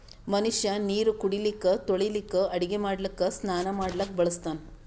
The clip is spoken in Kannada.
ಮನಷ್ಯಾ ನೀರು ಕುಡಿಲಿಕ್ಕ ತೊಳಿಲಿಕ್ಕ ಅಡಗಿ ಮಾಡ್ಲಕ್ಕ ಸ್ನಾನಾ ಮಾಡ್ಲಕ್ಕ ಬಳಸ್ತಾನ್